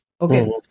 Okay